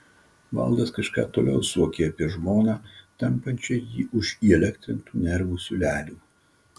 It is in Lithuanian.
valdas kažką toliau suokė apie žmoną tampančią jį už įelektrintų nervų siūlelių